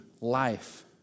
life